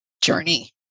journey